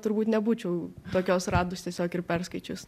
turbūt nebūčiau tokios radus tiesiog ir perskaičius